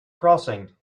crossing